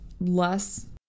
less